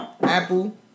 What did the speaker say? Apple